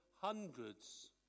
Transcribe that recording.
hundreds